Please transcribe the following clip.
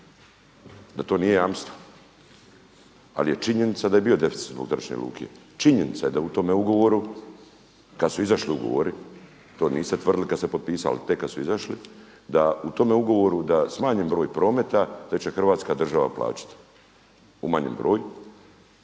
da to nije jamstvo, ali je činjenica da je bio deficit zbog zračne luke. Činjenica je da u tome ugovoru kada su izašli ugovori, to niste tvrdili kada ste potpisali tek kada su izašli da u tome ugovoru da smanjen broj prometa da će Hrvatska država plaćati umanjen broj.